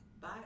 bye